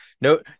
no